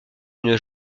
une